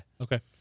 Okay